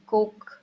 Coke